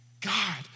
God